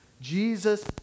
Jesus